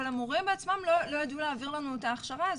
אבל המורים בעצמם לא ידעו להעביר לנו את ההכשרה הזאת,